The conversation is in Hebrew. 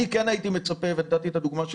כן הייתי מצפה ונתתי את הדוגמה של